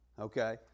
okay